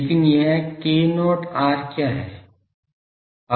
लेकिन यह k0 r क्या है